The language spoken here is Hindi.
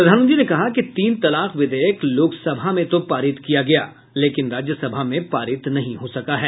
प्रधानमंत्री ने कहा कि तीन तलाक विधेयक लोकसभा में तो पारित किया गया लेकिन राज्यसभा में पारित नहीं हो सका है